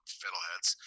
fiddleheads